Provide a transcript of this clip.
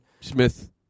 Smith